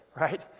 right